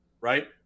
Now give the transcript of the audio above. right